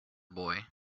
boy